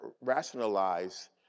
rationalize